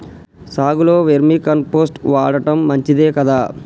సాగులో vermicompost వాడటం మంచిదే కదా?